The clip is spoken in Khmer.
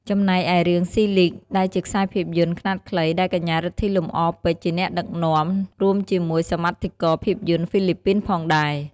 ចំណែកឯរឿង ស៊ីលីគ (Silig) ដែលជាខ្សែភាពយន្តខ្នាតខ្លីដែល កញ្ញា រិទ្ធី លំអរពេជ្រ ជាអ្នកដឹកនាំ រួមជាមួយសមិទ្ធិករភាពយន្តហ្វីលីពីនផងដែរ។